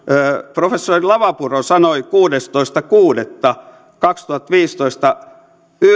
professori lavapuro sanoi kuudestoista kuudetta kaksituhattaviisitoista